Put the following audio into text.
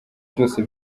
byose